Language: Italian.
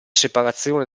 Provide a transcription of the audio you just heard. separazione